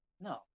no